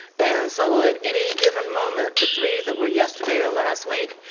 and so at any given moment the three that were yesterday, or last week,